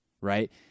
right